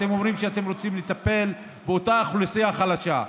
אתם אומרים שאתם רוצים לטפל באותה אוכלוסייה חלשה,